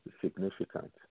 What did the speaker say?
significant